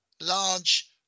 large